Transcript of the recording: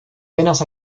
venas